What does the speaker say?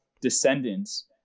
descendants